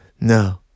no